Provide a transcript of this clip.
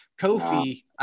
Kofi